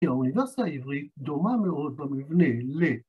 ‫כי האוניברסיטה העברית ‫דומה מאוד במבנה ל...